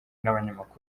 n’abanyamakuru